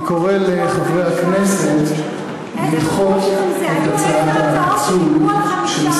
אני קורא לחברי הכנסת לדחות את הצעת הפיצול